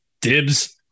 Dibs